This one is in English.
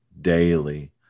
daily